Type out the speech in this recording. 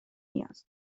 نیاز